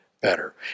better